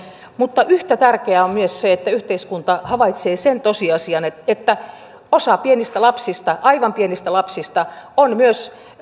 mutta yhtä tärkeää on myös se että yhteiskunta havaitsee sen tosiasian että että osa pienistä lapsista aivan pienistä lapsista